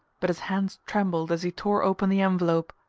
but his hands trembled as he tore open the envelope.